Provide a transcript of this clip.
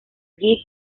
give